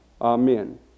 Amen